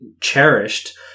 cherished